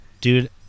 Dude